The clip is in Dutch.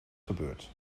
gebeurd